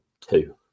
two